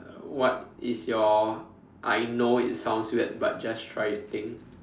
uh what is your I know it sounds weird but just try it thing